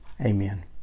Amen